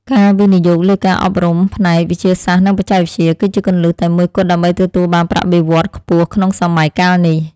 ការវិនិយោគលើការអប់រំផ្នែកវិទ្យាសាស្ត្រនិងបច្ចេកវិទ្យា គឺជាគន្លឹះតែមួយគត់ដើម្បីទទួលបានប្រាក់បៀវត្សរ៍ខ្ពស់ក្នុងសម័យកាលនេះ។